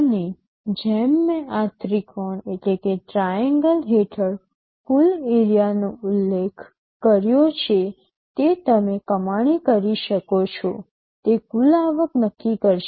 અને જેમ કે મેં આ ત્રિકોણ હેઠળ કુલ એરિયાનો ઉલ્લેખ કર્યો છે તે તમે કમાણી કરી શકો છો તે કુલ આવક નક્કી કરશે